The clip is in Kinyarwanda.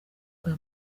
bwa